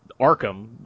arkham